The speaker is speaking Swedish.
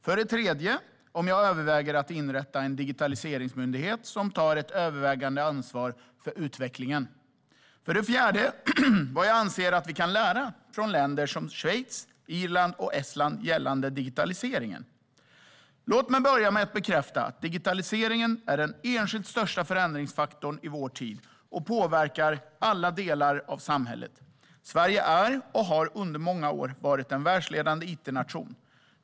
För det tredje frågar hon om jag överväger att inrätta en digitaliseringsmyndighet som tar ett övervägande ansvar för utvecklingen. För det fjärde frågar Anette Åkesson vad jag anser att vi kan lära av länder som Schweiz, Irland och Estland gällande digitaliseringen. Låt mig börja med att bekräfta att digitaliseringen är den enskilt största förändringsfaktorn i vår tid. Den påverkar alla delar av samhället. Sverige är och har under många år varit en världsledande it-nation.